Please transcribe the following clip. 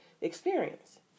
experience